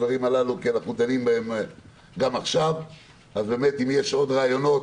אם יש עוד רעיונות